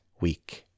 week